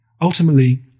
Ultimately